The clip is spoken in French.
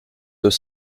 deux